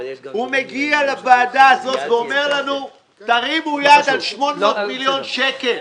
הוא מגיע לוועדה הזאת ואומר לנו: תרימו יד על 800 מיליון שקל,